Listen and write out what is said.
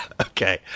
Okay